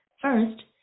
First